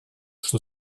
что